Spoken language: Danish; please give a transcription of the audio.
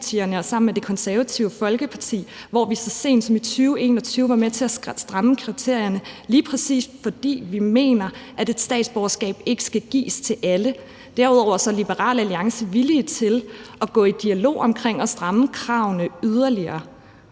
og sammen med Det Konservative Folkeparti, hvor vi så sent som i 2021 var med til at stramme kriterierne, lige præcis fordi vi mener, at et statsborgerskab ikke skal gives til alle. Derudover er Liberal Alliance villig til at gå i dialog omkring at stramme kravene yderligere.